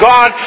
God